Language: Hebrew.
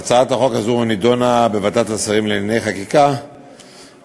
והצעת החוק הזו נדונה בוועדת השרים לענייני חקיקה בישיבתה